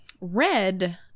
Red